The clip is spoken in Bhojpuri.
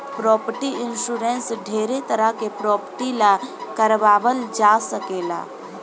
प्रॉपर्टी इंश्योरेंस ढेरे तरह के प्रॉपर्टी ला कारवाल जा सकेला